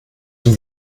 dem